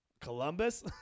Columbus